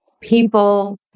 people